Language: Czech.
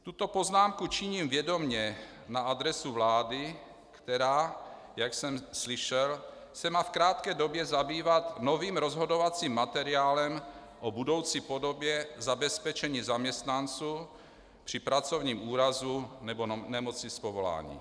Tuto poznámku činím vědomě na adresu vlády, která se má, jak jsem slyšel, v krátké době zabývat novým rozhodovacím materiálem o budoucí podobě zabezpečení zaměstnanců při pracovním úrazu nebo nemoci z povolání.